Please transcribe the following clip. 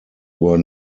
were